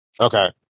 okay